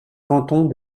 cantons